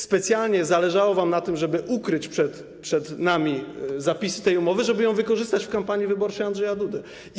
Specjalnie zależało wam na tym, żeby ukryć przed nami zapisy tej umowy, żeby ją wykorzystać w kampanii wyborczej Andrzeja Dudy.